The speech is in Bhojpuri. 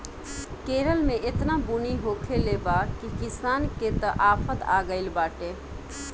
केरल में एतना बुनी होखले बा की किसान के त आफत आगइल बाटे